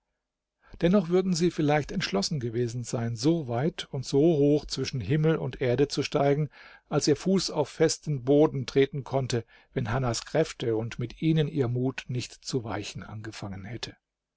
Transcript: dennoch würden sie vielleicht entschlossen gewesen sein so weit und so hoch zwischen himmel und erde zu steigen als ihr fuß auf festen boden treten konnte wenn hannas kräfte und mit ihnen ihr mut nicht zu weichen angefangen hätte